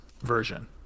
version